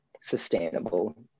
sustainable